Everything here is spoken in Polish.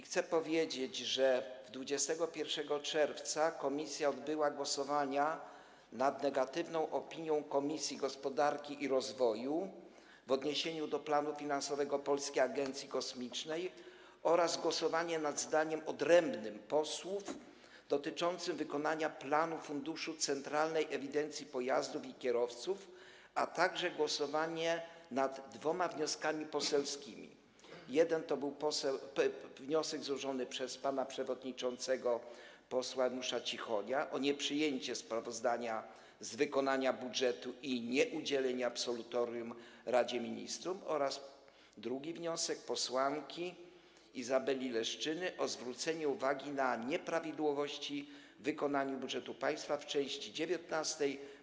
Chcę powiedzieć, że 21 czerwca komisja przeprowadziła głosowania: nad negatywną opinią Komisji Gospodarki i Rozwoju w odniesieniu do planu finansowego Polskiej Agencji Kosmicznej, nad zdaniem odrębnym posłów dotyczącym wykonania planu funduszu Centralnej Ewidencji Pojazdów i Kierowców, a także nad dwoma wnioskami poselskimi - jeden to wniosek złożony przez przewodniczącego pana posła Janusza Cichonia o nieprzyjęcie sprawozdania z wykonania budżetu i nieudzielenie absolutorium Radzie Ministrów, drugi to wniosek posłanki Izabeli Leszczyny o zwrócenie uwagi na nieprawidłowości w wykonaniu budżetu państwa w części 19: